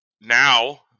now